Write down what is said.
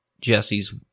Jesse's